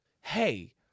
Hey